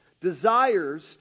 desires